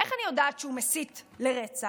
איך אני יודעת שהוא מסית לרצח?